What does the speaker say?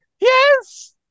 Yes